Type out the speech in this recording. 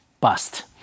bust